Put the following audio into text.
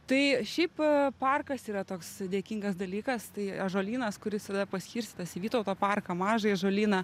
tai šiaip parkas yra toks dėkingas dalykas tai ąžuolynas kuris yra paskirstytas į vytauto parką mažąjį ąžolyną